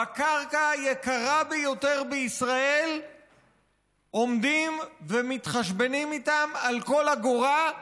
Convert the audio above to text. בקרקע היקרה ביותר בישראל עומדים ומתחשבנים איתם על כל אגורה,